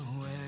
away